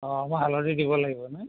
অ' অলপ হালধি দিব লাগিব ন